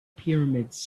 pyramids